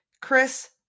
Chris